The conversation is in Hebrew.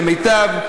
ל"מיטב",